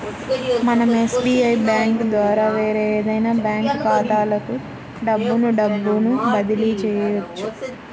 మనం SBI bank ద్వారా వేరే ఏదైనా బ్యాంక్ ఖాతాలకు డబ్బును డబ్బును బదిలీ చెయ్యొచ్చు